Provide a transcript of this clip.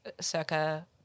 circa –